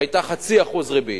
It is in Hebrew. שהיתה 0.5% ריבית,